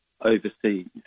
overseas